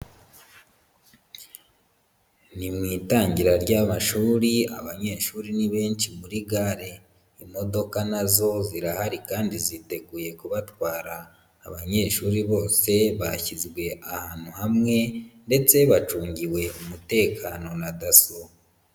Ni mu itangira ry'amashuri, abanyeshuri ni benshi muri gare. Imodoka na zo zirahari kandi ziteguye kubatwara. Abanyeshuri bose bashyizwe ahantu hamwe ndetse bacungiwe umutekano na daso.